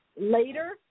later